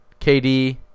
KD